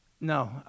No